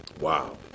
Wow